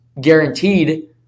guaranteed